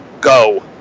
go